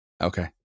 Okay